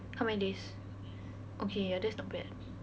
how many days okay ya that's not bad